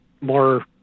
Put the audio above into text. more